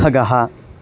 खगः